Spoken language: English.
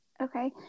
okay